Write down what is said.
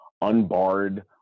unbarred